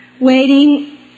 waiting